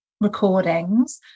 recordings